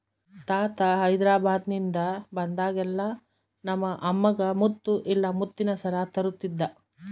ತಾತ ಹೈದೆರಾಬಾದ್ನಿಂದ ಬಂದಾಗೆಲ್ಲ ನಮ್ಮ ಅಮ್ಮಗ ಮುತ್ತು ಇಲ್ಲ ಮುತ್ತಿನ ಸರ ತರುತ್ತಿದ್ದ